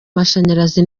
mashanyarazi